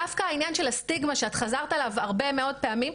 דווקא הענין של הסטיגמה שאת חזרת עליו הרבה מאוד פעמים,